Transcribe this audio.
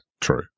true